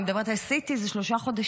אני מדברת על CT, שזה שלושה חודשים.